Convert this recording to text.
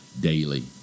daily